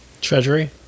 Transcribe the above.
treasury